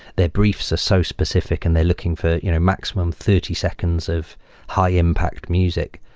their briefs are so specific and they're looking for maximum thirty seconds of high impact music.